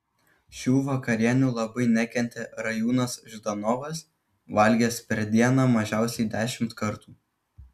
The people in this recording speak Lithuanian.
šių vakarienių labai nekentė rajūnas ždanovas valgęs per dieną mažiausiai dešimt kartų